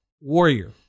Warrior